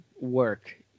work